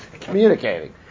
communicating